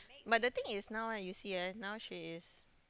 but the thing is now you see eh now she is